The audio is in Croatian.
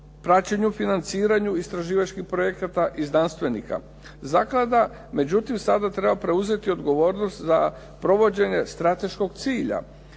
praćenju, financiranju istraživačkih projekata i znanstvenika. Zaklada međutim sada treba preuzeti odgovornost za provođenje strateškog cilja,